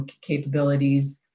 capabilities